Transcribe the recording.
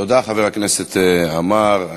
תודה, חבר הכנסת עמאר.